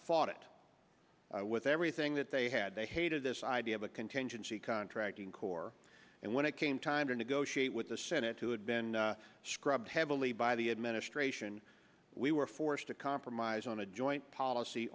fought it with everything that they had they hated this idea of a contingency contracting corps and when it came time to negotiate with the senate who had been scrubbed heavily by the administration we were forced to compromise on a joint policy